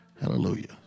Hallelujah